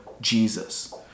Jesus